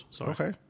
Okay